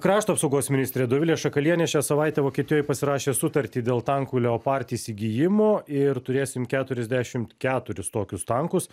krašto apsaugos ministrė dovilė šakalienė šią savaitę vokietijoj pasirašė sutartį dėl tankų leopard įsigijimo ir turėsim keturiasdešimt keturis tokius tankus